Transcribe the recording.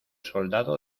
soldado